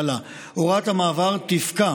הכנסת ע'דיר כמאל מריח,